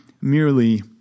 merely